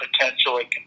potentially